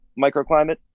microclimate